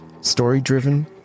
story-driven